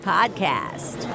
Podcast